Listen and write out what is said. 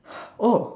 oh